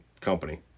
company